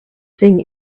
thing